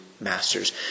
masters